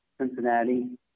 Cincinnati